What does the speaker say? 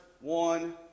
one